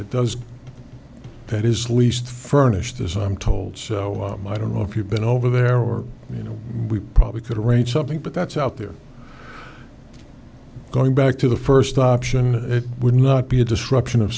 it does that is least furnished as i'm told so i don't know if you've been over there or you know we probably could arrange something but that's out there going back to the first option it would not be a disruption of